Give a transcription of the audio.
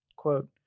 Quote